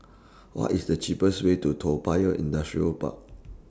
What IS The cheapest Way to Toa Payoh Industrial Park